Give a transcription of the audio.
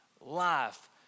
life